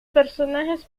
personajes